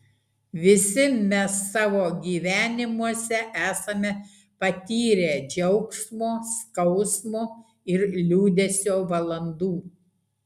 visi mes savo gyvenimuose esame patyrę džiaugsmo skausmo ir liūdesio valandų